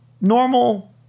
normal